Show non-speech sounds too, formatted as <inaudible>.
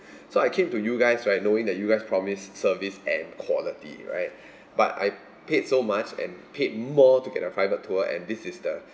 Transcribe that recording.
<breath> so I came to you guys right knowing that you guys promised service and quality right <breath> but I paid so much and paid more to get a private tour and this is the